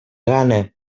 gana